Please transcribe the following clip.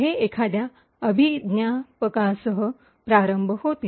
हे एखाद्या अभिज्ञापकासह प्रारंभ होते